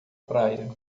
praia